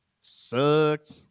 sucked